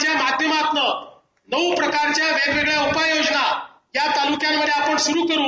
च्या माध्यमातून बहुप्रकारच्या वेगवेगळ्या उपाययोजना या तालुक्यांमध्ये आपण सुरू करू